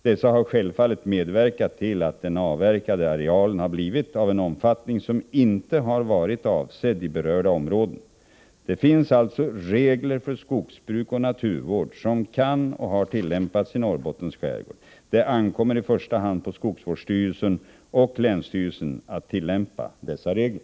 Dessa har självfallet medverkat till att den avverkade arealen har blivit av en omfattning som inte har varit avsedd i berörda områden. Det finns alltså regler för skogsbruk och naturvård som kan och har tillämpats i Norrbottens skärgård. Det ankommer i första hand på skogsvårdsstyrelsen och länsstyrelsen att tillämpa dessa regler.